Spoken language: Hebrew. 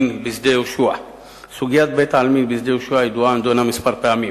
בכסלו התש"ע (25